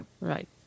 Right